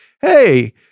hey